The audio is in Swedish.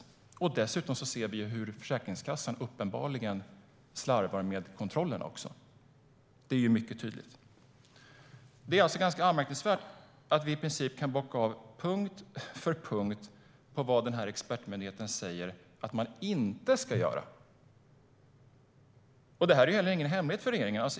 Vi ser dessutom tydligt hur Försäkringskassan slarvar med kontrollerna. Det är anmärkningsvärt att vi i princip kan bocka av punkt för punkt vad expertmyndigheten säger att man inte ska göra. Detta är ingen hemlighet för regeringen.